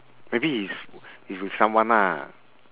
maybe he's he's with someone lah